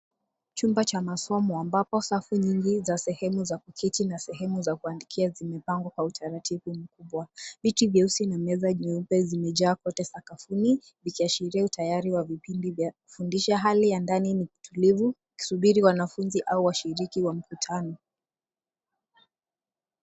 Chumba cha masomo ambapo safu nyingi za sehemu za kuketi na sehemu kuandikia, zimepangwa kwa utaratibu mkubwa. Viti vyeusi na meza nyeupe zimejaa kote sakafuni, vikiashiria utayari wa vipindi vya kufundisha. Hali ya ndani ni tulivu ukisubiri wanafunzi au washiriki wa makutano